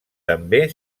també